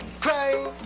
crying